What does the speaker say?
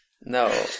No